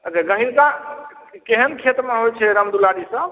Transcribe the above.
अच्छा गहीँरका केहन खेतमे होइ छी रामदुलारी सब